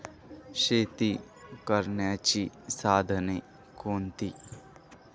शेती करण्याची साधने कोणती?